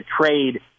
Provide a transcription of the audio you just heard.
trade